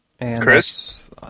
Chris